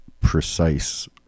precise